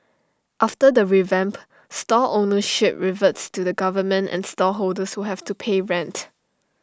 after the revamp stall ownership reverts to the government and stall holders will have to pay rent